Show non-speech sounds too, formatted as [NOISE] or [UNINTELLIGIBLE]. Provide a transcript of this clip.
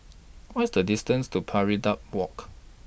What IS The distance to Pari [UNINTELLIGIBLE] Walk